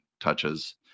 touches